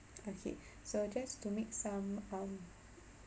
okay so just to make some um